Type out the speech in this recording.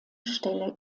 stelle